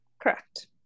correct